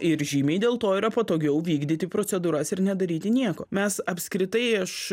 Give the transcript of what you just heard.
ir žymiai dėl to yra patogiau vykdyti procedūras ir nedaryti nieko mes apskritai aš